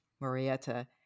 Marietta